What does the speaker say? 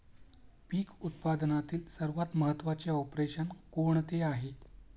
पीक उत्पादनातील सर्वात महत्त्वाचे ऑपरेशन कोणते आहे?